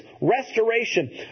restoration